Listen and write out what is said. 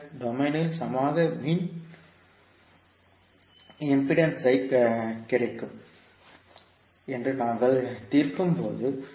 ஆக டொமைனில் சமமான மின்மறுப்பு கிடைக்கும் என்று நாங்கள் தீர்க்கும்போது